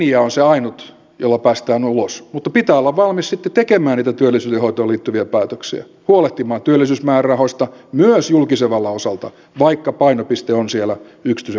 työlinja on se ainut jolla päästään ulos mutta pitää olla valmis sitten tekemään niitä työllisyyden hoitoon liittyviä päätöksiä huolehtimaan työllisyysmäärärahoista myös julkisen vallan osalta vaikka painopiste on siellä yksityisen puolen pärjäämisessä